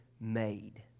made